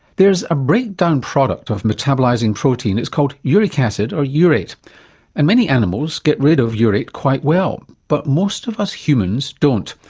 there's a breakdown product of metabolising protein, it's called uric acid or yeah urate, and many animals get rid of urate quite well, but most of us humans don't,